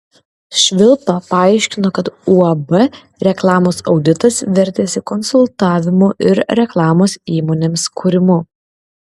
švilpa paaiškino kad uab reklamos auditas vertėsi konsultavimu ir reklamos įmonėms kūrimu